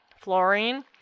fluorine